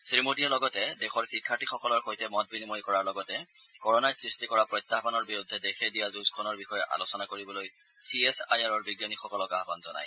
শ্ৰীমোদীয়ে লগতেদেশৰ শিক্ষাৰ্থীসকলৰ সৈতে মত বিনিময় কৰাৰ লগতে কৰ নাই সৃষ্টি কৰা প্ৰত্যাহবানৰ বিৰুদ্ধে দেশে দিয়া যুঁজখনৰ বিষয়ে আলোচনা কৰিবলৈ চি এছ আই আৰৰ বিজ্ঞানীসকলক আহবান জনায়